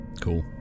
Cool